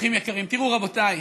אורחים יקרים, תראו, רבותיי,